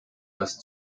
das